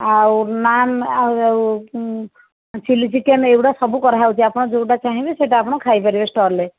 ଆଉ ନାନ୍ ଆଉ ଆଉ ଚିଲ୍ଲୀ ଚିକେନ୍ ଏଗୁଡ଼ା ସବୁ କରାହେଉଛି ଆପଣ ଯେଉଁଟା ଚାହିଁବେ ସେଇଟା ଆପଣ ଖାଇପାରିବେ ଷ୍ଟଲ ରେ